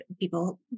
People